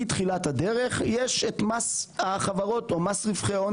מתחילת הדרך יש את מס החברות או מס רווחי הון